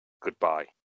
Goodbye